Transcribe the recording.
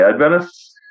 Adventists